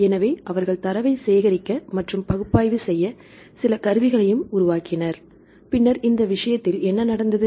எனவே அவர்கள் தரவைச் சேகரிக்கத் மற்றும் பகுப்பாய்வு செய்ய சில கருவிகளையும் உருவாக்கினர் பின்னர் இந்த விஷயத்தில் என்ன நடந்தது